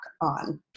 on